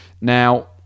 Now